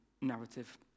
narrative